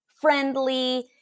friendly